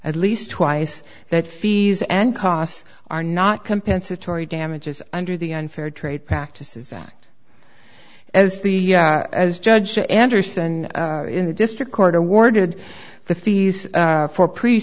at least twice that fees and costs are not compensatory damages under the unfair trade practices act as the as judge the anderson in the district court awarded the fees for pre